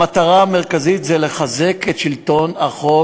המטרה המרכזית שלהם היא לחזק את שלטון החוק